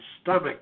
stomach